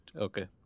Okay